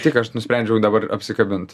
tik aš nusprendžiau dabar apsikabint